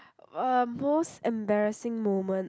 uh most embarrassing moment